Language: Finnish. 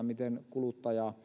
miten kuluttajaa suojataan